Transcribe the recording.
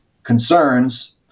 concerns